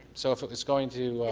so if like it's going to.